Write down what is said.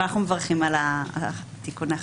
ואנחנו מברכים על התיקון החשוב.